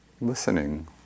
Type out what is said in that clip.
listening